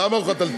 למה הוא חתלתול?